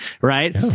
Right